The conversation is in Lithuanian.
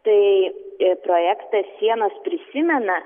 tai projektas sienos prisimena